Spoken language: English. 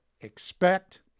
expect